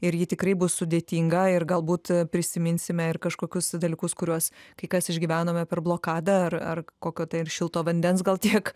ir ji tikrai bus sudėtinga ir galbūt prisiminsime ir kažkokius dalykus kuriuos kai kas išgyvenome per blokadą ar ar kokio tai ar šilto vandens gal tiek